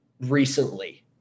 recently